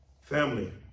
family